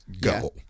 go